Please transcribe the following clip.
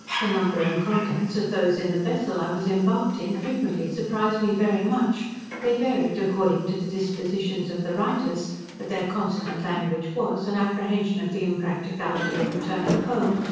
the number and contents of those in the vessel i was embarked in, frequently surprised me very much they varied according to the dispositions of the writers but their constant language was, an apprehension of the impracticability of returning home,